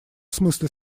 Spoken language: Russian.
смысле